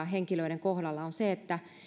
henkilöiden kohdalla se että